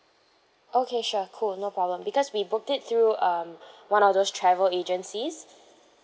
okay sure cool no problem because we book it through um one of those travel agencies